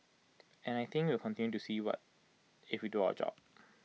and I think we'll continue to see what if we do our job